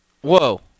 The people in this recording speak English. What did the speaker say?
Whoa